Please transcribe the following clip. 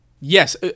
yes